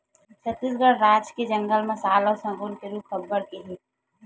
छत्तीसगढ़ राज के जंगल म साल अउ सगौन के रूख अब्बड़ के हे